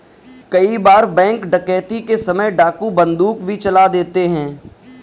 कई बार बैंक डकैती के समय डाकू बंदूक भी चला देते हैं